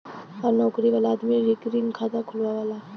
हर नउकरी वाला आदमी रिकरींग खाता खुलवावला